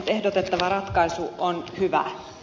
nyt ehdotettava ratkaisu on hyvä